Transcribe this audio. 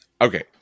Okay